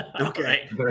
okay